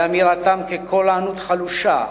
ואמירתן כקול ענות חלושה